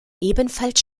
ebenfalls